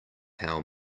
how